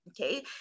okay